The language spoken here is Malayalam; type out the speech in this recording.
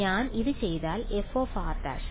അതിനാൽ ഞാൻ ഇത് ചെയ്താൽ fr